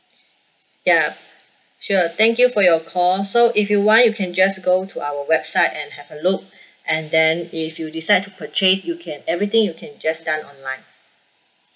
ya sure thank you for your call so if you want you can just go to our website and have a look and then if you decide to purchase you can everything you can just done online